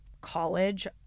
college